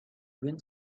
twin